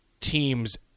teams